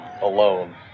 alone